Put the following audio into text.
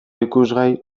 ikusgai